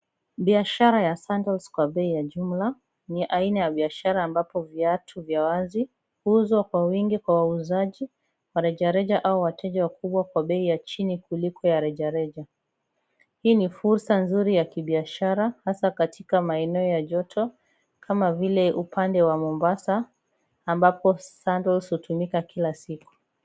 Biashara ya sandals kwa bei ya jumla ni aina ya biashara ambapo viatu vya wazi huuzwa kwa wingi kwa wauzaji wa rejareja au wateja wakubwa kwa bei ya chini kuliko ya rejareja. Hii ni fursa nzuri ya kibiashara hasa katika maeneo ya joto kama vile upande wa Mombasa ambapo sandals hutumika kila siku.